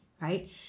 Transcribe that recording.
right